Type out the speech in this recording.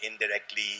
indirectly